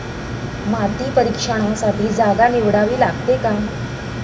माती परीक्षणासाठी जागा निवडावी लागते का?